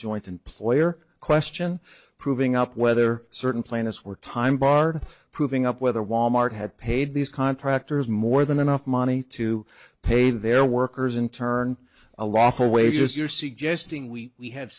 joint employer question proving up whether certain plaintiffs were time barred proving up whether wal mart had paid these contractors more than enough money to pay their workers in turn a lawful wages you're suggesting we we have